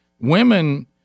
Women